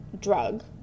drug